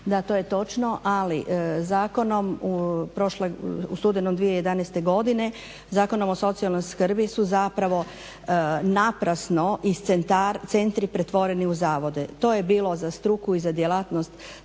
Da to je točno ali zakonom u studenom 2011. Zakonom o socijalnoj skrbi su zapravo naprasno centri pretvoreni u zavode. To je bilo za struku i za djelatnost stvarno